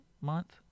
Month